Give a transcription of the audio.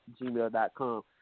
gmail.com